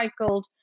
recycled